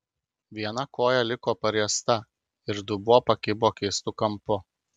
viena koja liko pariesta ir dubuo pakibo keistu kampu